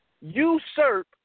usurp